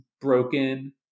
broken